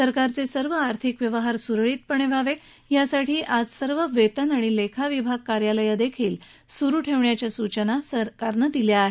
सरकारचे सर्व आर्थिक व्यवहार सुरळितपणे व्हावे यासाठी आज सर्व वेतन आणि लेखा विभाग कार्यालयं देखील सुरू ठेवण्याच्या सूचना केंद्र सरकारनं दिल्या आहेत